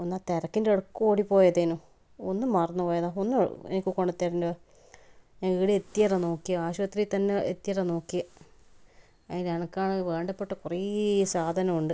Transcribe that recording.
ഒന്ന് തിരക്കിന്റെ ഇടക്ക് ഓടി പോയതേനു ഒന്ന് മറന്നു പോയതാണ് ഒന്ന് എനിക്ക് കൊണ്ട് തെരണ്ടോ ഞാൻ ഇവിടെ എത്തിയേരാ നോക്കിയത് ആശുപത്രി തന്നെ എത്തിയേരാ നോക്കിയത് അതിന് എനക്കാനെ വേണ്ടപ്പെട്ട കുറേ സാധനമുണ്ട്